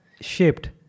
shaped